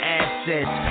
assets